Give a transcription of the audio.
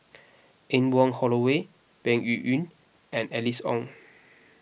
Anne Wong Holloway Peng Yuyun and Alice Ong